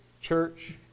church